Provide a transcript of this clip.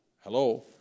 hello